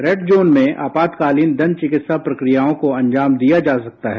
red zone में आपातकालीन दंत चिकित्सा प्रक्रियाओं को अंजाम दिया जा सकता है